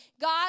God